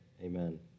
amen